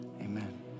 amen